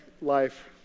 life